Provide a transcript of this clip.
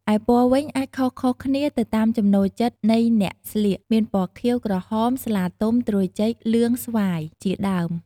ឯពណ៌វិញអាចខុសៗគ្នាទៅតាមចំណូលចិត្តនៃអ្នកស្លៀក មានពណ៌ខៀវ, ក្រហម, ស្លាទុំ, ត្រួយចេក, លឿង, ស្វាយ ជាដើម។